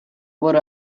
برو